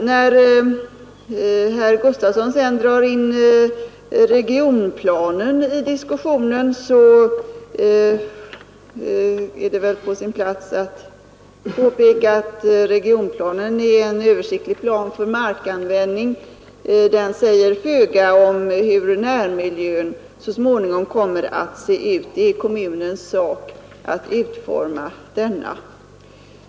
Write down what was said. När herr Gustavsson sedan drar in regionplanen i diskussionen så är det väl på sin plats att påpeka att regionplanen är en översiktlig plan för markanvändning. Den säger föga om hur närmiljön så småningom kommer att se ut. Det är kommunens sak att utforma denna.